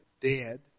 dead